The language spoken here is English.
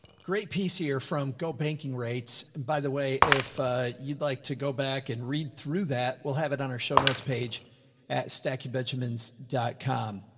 great piece here from go banking rates. by the way, if you'd like to go back and read through that, we'll have it on our show notespage staciebenjamins com.